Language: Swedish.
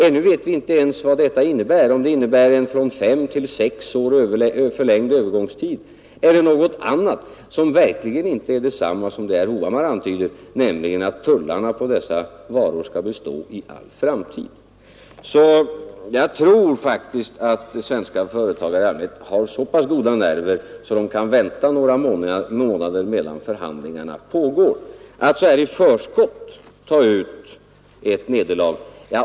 Ännu vet vi inte alls vad detta innebär — en från fem till sex år förlängd övergångstid eller något annat — men det är verkligen inte detsamma som vad herr Hovhammar antyder, nämligen att tullarna på dessa varor skall bestå i all framtid. Jag tror att svenska företagare i allmänhet har så pass goda nerver att de kan vänta några månader medan förhandlingarna pågår och inte så här i förskott tar ut ett nederlag.